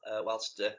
whilst